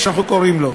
כפי שאנחנו קוראים לו.